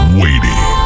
waiting